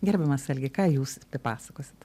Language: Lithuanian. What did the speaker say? gerbiamas algi ką jūs papasakosit